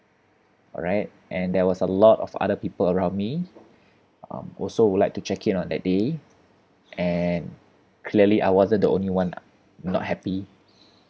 alright and there was a lot of other people around me um also would like to check in on that day and clearly I wasn't the only one not happy